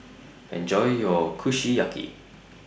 Enjoy your Kushiyaki